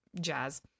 jazz